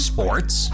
Sports